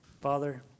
Father